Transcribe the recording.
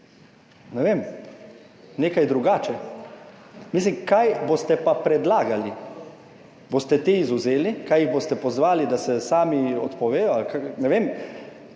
ne vem, nekaj drugače. Kaj boste pa predlagali? Boste te izvzeli? Jih boste pozvali, da se sami odpovedo, ali